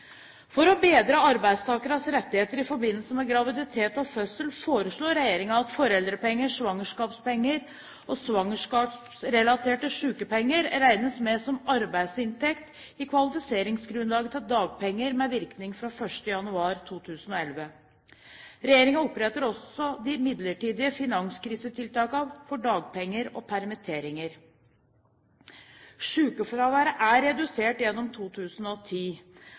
For å bedre arbeidstakernes rettigheter i forbindelse med graviditet og fødsel foreslår regjeringen at foreldrepenger, svangerskapspenger og svangerskapsrelaterte sykepenger regnes med som arbeidsinntekt i kvalifiseringsgrunnlaget til dagpenger med virkning fra 1. januar 2011. Regjeringen opprettholder også de midlertidige finanskrisetiltakene for dagpenger og permitteringer. Sykefraværet er redusert gjennom 2010,